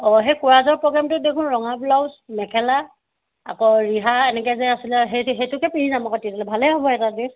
অঁ সেই কোৰাছৰ প্ৰগ্ৰেমটোত দেখোন ৰঙা ব্লাউজ মেখেলা আকৌ ৰিহা এনেকৈ যে আছিলে সেইটো সেইটো পিন্ধি যাম আকৌ তেনেহ'লে ভালে হ'ব এটা